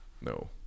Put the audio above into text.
No